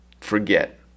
forget